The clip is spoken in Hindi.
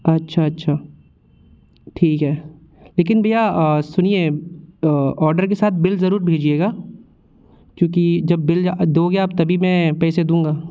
अच्छा अच्छा ठीक है लेकिन भैया सुनिए ऑडर के साथ बिल ज़रूर भेजिएगा क्योंकि जब बिल दोगे आप तभी मैं पैसे दूँगा